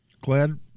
Glad